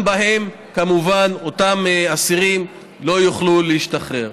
גם בהן, כמובן, אותם אסירים לא יוכלו להשתחרר.